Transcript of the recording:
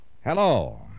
Hello